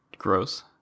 gross